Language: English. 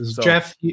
Jeff